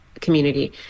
community